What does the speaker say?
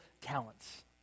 talents